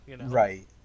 Right